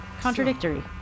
contradictory